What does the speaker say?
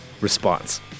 response